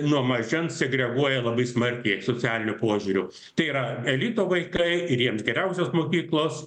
nuo mažens segreguoja labai smarkiai socialiniu požiūriu tai yra elito vaikai ir jiems geriausios mokyklos